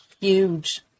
huge